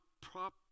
prop